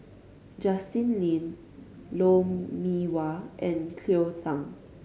Justin Lean Lou Mee Wah and Cleo Thang